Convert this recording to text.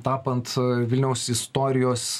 tapant vilniaus istorijos